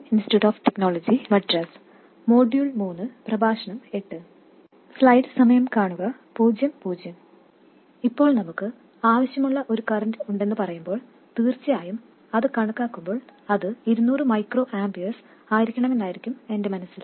ഇപ്പോൾ നമുക്ക് ആവശ്യമുള്ള ഒരു കറന്റ് ഉണ്ടെന്ന് പറയുമ്പോൾ തീർച്ചയായും അത് കണക്കാക്കുമ്പോൾ അത് 200μA ആയിരിക്കണമെന്നായിരിക്കും എന്റെ മനസ്സിൽ